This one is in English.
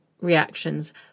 reactions